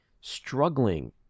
struggling